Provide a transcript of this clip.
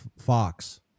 Fox